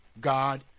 God